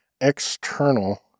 external